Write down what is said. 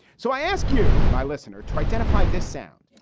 so i ask you, my listener, to identify this sound